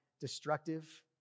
destructive